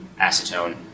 acetone